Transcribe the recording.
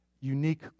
unique